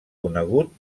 conegut